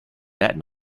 that